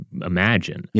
imagine